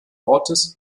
ortes